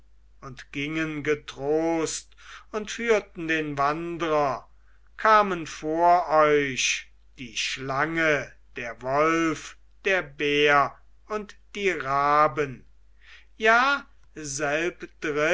und gingen getrost und führten den wandrer kamen vor euch die schlange der wolf der bär und die raben ja